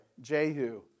Jehu